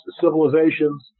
Civilizations